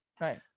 Right